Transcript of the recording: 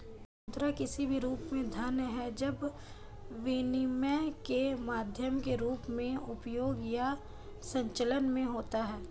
मुद्रा किसी भी रूप में धन है जब विनिमय के माध्यम के रूप में उपयोग या संचलन में होता है